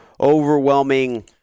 overwhelming